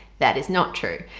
that is not true.